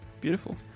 beautiful